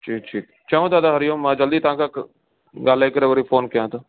ठीकु ठीकु चङु दादा हरि ओम मां जल्दी तव्हां सां ॻाल्हाए करे वरी फ़ोन कयां थो